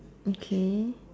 okay